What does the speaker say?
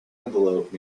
envelope